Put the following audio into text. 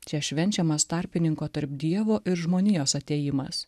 čia švenčiamas tarpininko tarp dievo ir žmonijos atėjimas